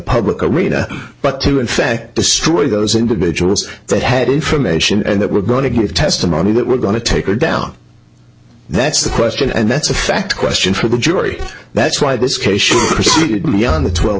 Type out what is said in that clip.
public arena but to infect destroy those individuals that had information and that we're going to give testimony that we're going to take her down that's the question and that's a fact question for the jury that's why this case should proceed be on the twelve